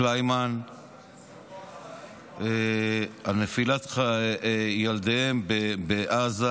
קליינמן על נפילת ילדיהן בעזה.